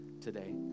today